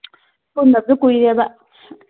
ꯄꯨꯟꯗꯕꯁꯨ ꯀꯨꯏꯔꯦꯕ